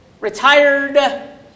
retired